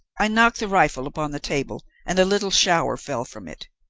i knocked the rifle upon the table, and a little shower fell from it.